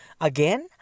Again